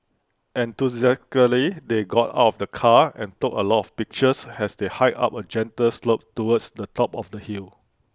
enthusiastically they got out of the car and took A lot of pictures as they hiked up A gentle slope towards the top of the hill